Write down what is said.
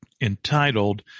entitled